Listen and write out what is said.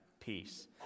peace